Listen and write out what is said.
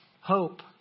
hope